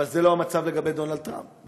אבל זה לא המצב לגבי דונלד טראמפ.